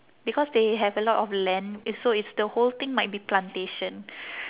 because they have a lot of land it's so it's the whole thing might be plantation